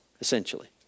essentially